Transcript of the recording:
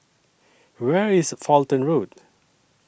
Where IS Fulton Road